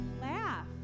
Laugh